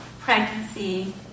pregnancy